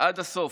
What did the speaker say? עד הסוף.